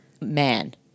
man